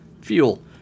Fuel